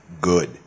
good